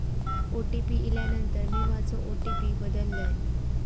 OTP इल्यानंतर मी माझो ओ.टी.पी बदललय